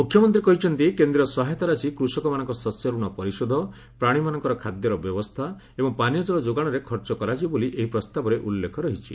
ମୁଖ୍ୟମନ୍ତ୍ରୀ କହିଛନ୍ତି କେନ୍ଦ୍ରୀୟ ସହାୟତା ରାଶି କୂଷକମାନଙ୍କ ଶସ୍ୟ ରଣ ପରିଶୋଧ ପ୍ରାଣୀମାନଙ୍କର ଖାଦ୍ୟର ବ୍ୟବସ୍ଥା ଏବଂ ପାନୀୟ ଜଳ ଯୋଗାଶରେ ଖର୍ଚ୍ଚ କରାଯିବ ବୋଲି ଏହି ପ୍ରସ୍ତାବରେ ଉଲ୍ଲେଖ ରହିଛି